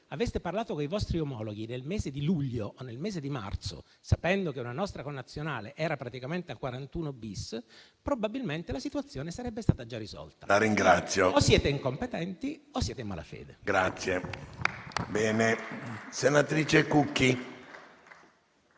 aveste parlato con i vostri omologhi nel mese di luglio o nel mese di marzo, sapendo che una nostra connazionale era praticamente al 41-*bis*, probabilmente la situazione sarebbe stata già risolta. Quindi, o siete incompetenti, o siete in malafede.